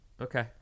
Okay